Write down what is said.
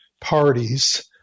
parties